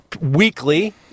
weekly